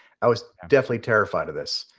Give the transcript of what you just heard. i was deathly terrified of this.